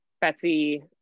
Betsy